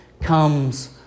comes